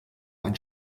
ein